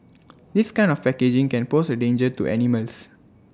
this kind of packaging can pose A danger to animals